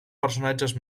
personatges